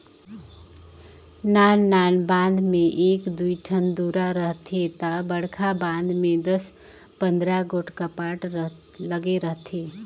नान नान बांध में एक दुई ठन दुरा रहथे ता बड़खा बांध में दस पंदरा गोट कपाट लगे रथे